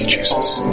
Jesus